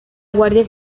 guardia